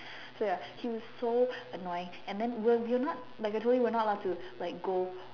so ya he was so annoying and then we were we were not like although we were not allowed to like go